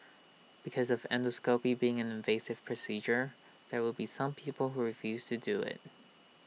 because of endoscopy being an invasive procedure there will be some people who refuse to do IT